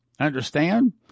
understand